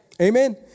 Amen